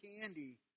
candy